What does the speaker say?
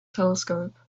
telescope